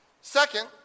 Second